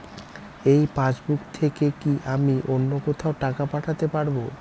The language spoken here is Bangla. এই পাসবুক থেকে কি আমি অন্য কোথাও টাকা পাঠাতে পারব?